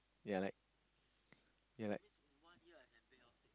yeah like yeah like